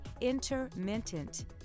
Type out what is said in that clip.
intermittent